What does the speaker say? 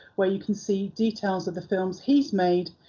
where you can see details of the films he's made,